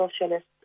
Socialist